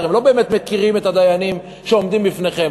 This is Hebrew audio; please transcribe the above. אתם הרי לא באמת מכירים את הדיינים שעומדים בפניכם.